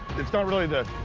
it's not really the